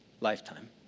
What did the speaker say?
lifetime